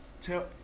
Tell